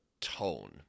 tone